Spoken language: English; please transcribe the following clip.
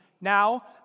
Now